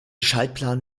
schaltplan